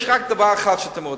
יש רק דבר אחד שאתם רוצים,